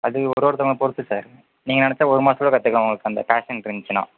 அது ஒருவொருத்தவங்கள் பொறுத்து சார் நீங்கள் நெனைச்சா ஒரு மாதத்துல கற்றுக்கலாம் உங்களுக்கு அந்த பேஷண்ட் இருந்துச்சினா